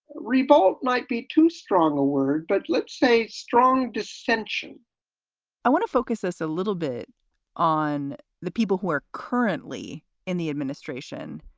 rebote might be too strong a word, but let's say strong descension i want to focus this a little bit on the people who are currently in the administration,